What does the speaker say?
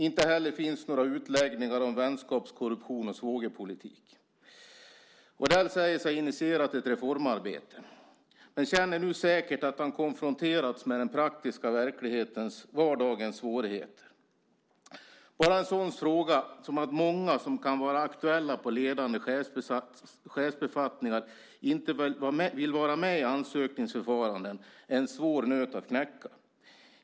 Inte heller finns några utläggningar om vänskapskorruption och svågerpolitik. Odell säger sig ha initierat ett reformarbete men känner nu säkert att han konfronterats med den praktiska verklighetens, vardagens, svårigheter. Tänk bara på en sådan fråga som att många som kan vara aktuella på ledande chefsbefattningar inte vill vara med i ansökningsförfaranden. Det är en svår nöt att knäcka.